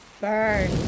Burn